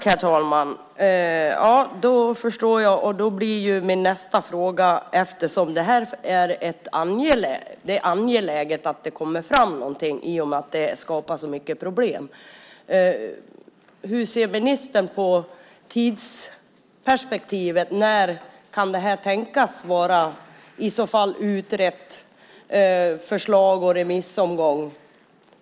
Herr talman! Då förstår jag, och då blir min nästa fråga följande, eftersom det är angeläget att det kommer fram någonting i och med att det skapas så mycket problem: Hur ser ministern på tidsperspektivet? När kan det här tänkas vara utrett i så fall med förslag och remissomgång?